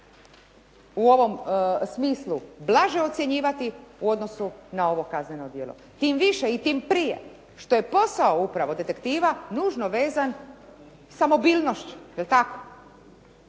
u ovom smislu blaže ocjenjivati u odnosu na ovo kazneno djelo. Tim više i tim prije što je posao upravo detektiva nužno vezan sa mobilnošću.